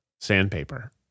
sandpaper